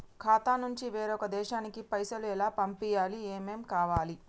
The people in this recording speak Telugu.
ఖాతా నుంచి వేరొక దేశానికి పైసలు ఎలా పంపియ్యాలి? ఏమేం కావాలి?